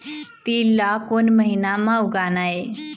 तील ला कोन महीना म उगाना ये?